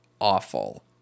awful